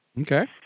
Okay